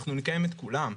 אנחנו נקיים את כולם,